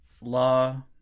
Law